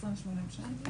כן, שלוש-ארבע שנים.